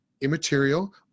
immaterial